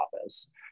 office